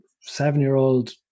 seven-year-old